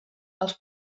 els